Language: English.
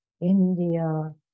India